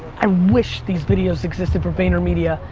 um wish these videos existed for vaynermedia.